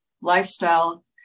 lifestyle